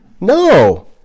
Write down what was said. no